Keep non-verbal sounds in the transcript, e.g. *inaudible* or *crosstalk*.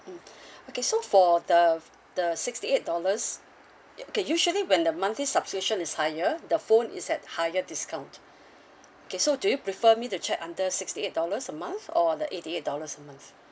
mm *breath* okay so for the the sixty eight dollars ya okay usually when the monthly subscription is higher the phone is at higher discount okay so do you prefer me to check under sixty eight dollars a month or the eighty eight dollars a month